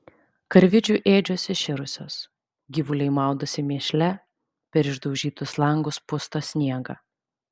karvidžių ėdžios iširusios gyvuliai maudosi mėšle per išdaužytus langus pusto sniegą